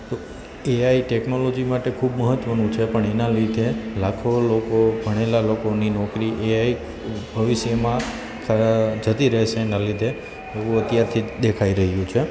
તો AI technology માટે ખૂબ મહત્ત્વનું છે પણ એનાં લીધે લાખો લોકો ભણેલાં લોકોની નોકરી એઆઈ ભવિષ્યમાં જતી રહેશે એનાં લીધે એવું અત્યારથી જ દેખાઈ રહયું છે